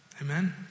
Amen